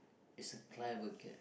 it's a clever cat